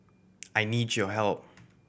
I need your help